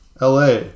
LA